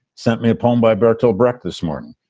sent me a poem by bertolt brecht this morning.